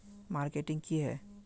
Marketing की है?